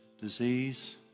Disease